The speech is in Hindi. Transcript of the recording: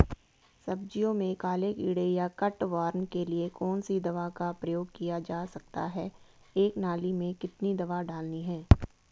सब्जियों में काले कीड़े या कट वार्म के लिए कौन सी दवा का प्रयोग किया जा सकता है एक नाली में कितनी दवा डालनी है?